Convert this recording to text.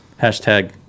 Hashtag